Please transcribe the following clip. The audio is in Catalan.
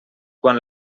quan